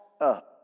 up